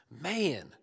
Man